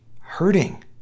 hurting